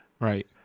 Right